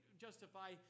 justify